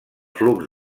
flux